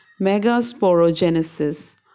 megasporogenesis